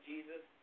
Jesus